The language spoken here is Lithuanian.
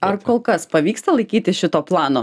ar kol kas pavyksta laikytis šito plano